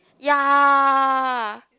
ya